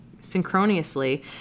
synchronously